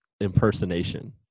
impersonation